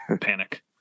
panic